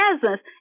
presence